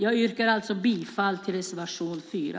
Jag yrkar bifall till reservation 4.